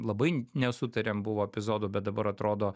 labai nesutariam buvo epizodų bet dabar atrodo